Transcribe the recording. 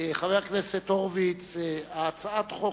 חבר הכנסת הורוביץ, הצעת החוק